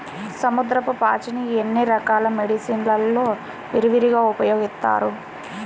సముద్రపు పాచిని ఎన్నో రకాల మెడిసిన్ లలో విరివిగా ఉపయోగిస్తారు